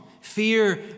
Fear